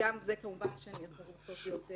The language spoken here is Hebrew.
וגם בזה כמובן שאנחנו רוצות להיות